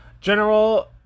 General